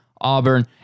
Auburn